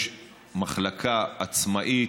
יש מחלקה עצמאית,